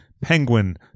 penguin